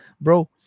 bro